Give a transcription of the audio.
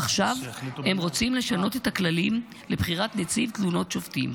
עכשיו הם רוצים לשנות את הכללים לבחירת נציב תלונות שופטים.